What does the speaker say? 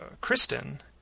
Kristen